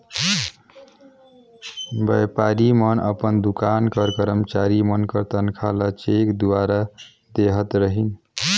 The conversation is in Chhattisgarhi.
बयपारी मन अपन दोकान कर करमचारी मन कर तनखा ल चेक दुवारा देहत रहिन